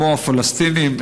כמו הפלסטינים,